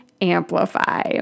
amplify